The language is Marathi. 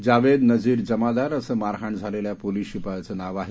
जावेद नजीर जमादार असे मारहाण झालेल्या पोलीस शिपायाचे नाव आहे